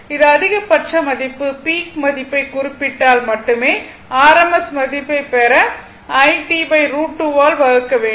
இது அதிகபட்ச மதிப்பு பீக் மதிப்பைக் குறிப்பிட்டால் மட்டுமே r RMS மதிப்பைப் பெற iT√2 ஆல் வகுக்க வேண்டும்